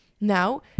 Now